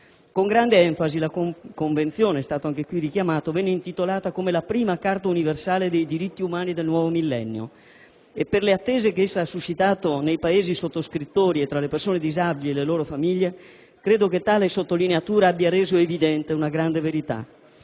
Con grande enfasi la Convenzione - è stato qui richiamato - venne intitolata come la prima Carta universale dei diritti umani del nuovo millennio e, per le attese che essa ha suscitato nei Paesi sottoscrittori e tra le persone disabili e le loro famiglie, credo che tale sottolineatura abbia reso evidente una grande verità.